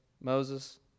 Moses